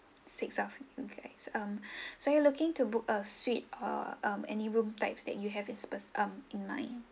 six of okay so um so you are looking to book a suite uh um any room types that you have in sp~ um in mind